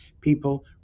people